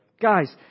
Guys